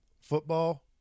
football